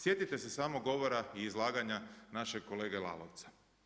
Sjetite se samo govora i izlaganja našeg kolege Lalovca.